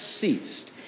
ceased